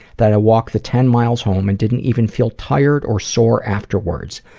that i walked the ten miles home and didn't even feel tired or sore afterwards.